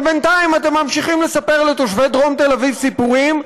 אבל בינתיים אתם ממשיכים לספר לתושבי דרום תל אביב סיפורים,